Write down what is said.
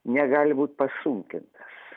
negali būt pasunkintas